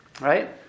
right